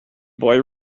boy